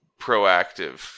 proactive